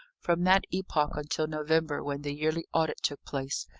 from that epoch until november, when the yearly audit took place,